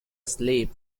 asleep